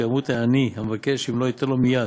שימות העני המבקש אם לא ייתן לו מיד,